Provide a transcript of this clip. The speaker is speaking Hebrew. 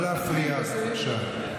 לא להפריע, בבקשה.